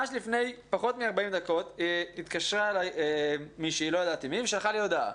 ממש לפני 40 דקות התקשרה אלי מישהי ושלחה לי הודעה: